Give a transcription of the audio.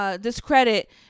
Discredit